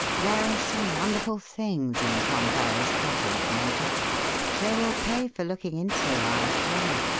there are some wonderful things in tom farrow's cottage, major they will pay for looking into, i assure you.